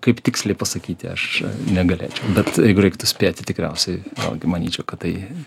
kaip tiksliai pasakyti aš negalėčiau bet jeigu reiktų spėti tikriausiai vėlgi manyčiau kad tai